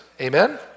Amen